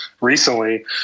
recently